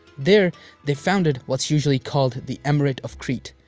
there they founded, what's usually called, the emirate of crete.